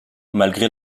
malgré